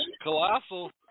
Colossal